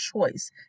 choice